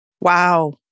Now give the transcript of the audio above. Wow